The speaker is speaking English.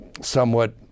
somewhat